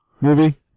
movie